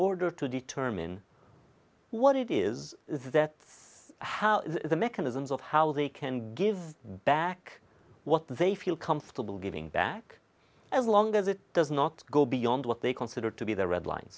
order to determine what it is their face how the mechanisms of how they can give back what they feel comfortable giving back as long as it does not go beyond what they consider to be the red line